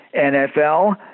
NFL